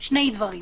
שני דברים: